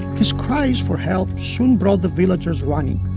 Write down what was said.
his cries for help soon brought the villagers running.